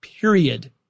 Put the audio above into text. period